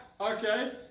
Okay